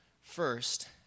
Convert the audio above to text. first